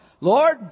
Lord